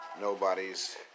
nobody's